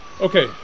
Okay